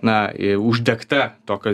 na uždegta tokio